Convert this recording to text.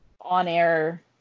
on-air